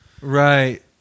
Right